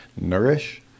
Nourish